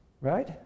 Right